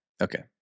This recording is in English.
Okay